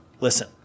listen